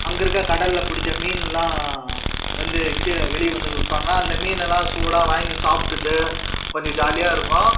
அங்கே இருக்கிற கடல்ல பிடிச்ச மீன்லாம் வந்து கீழே வெளியே வந்து விற்பாங்க அந்த மீனை எல்லாம் சூடாக வாங்கி சாப்பிடுட்டு கொஞ்சம் ஜாலியாக இருக்கும்